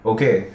Okay